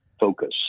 focus